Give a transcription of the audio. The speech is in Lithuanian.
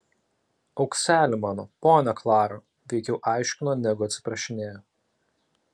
aukseli mano ponia klara veikiau aiškino negu atsiprašinėjo